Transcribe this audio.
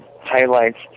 highlights